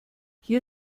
hier